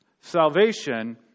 Salvation